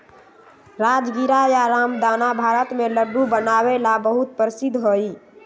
राजगीरा या रामदाना भारत में लड्डू बनावे ला बहुत प्रसिद्ध हई